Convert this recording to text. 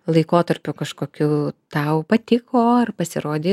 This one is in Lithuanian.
laikotarpiu kažkokių tau patiko ar pasirodė